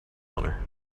owner